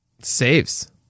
Saves